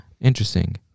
interesting